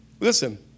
Listen